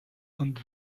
und